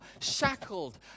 shackled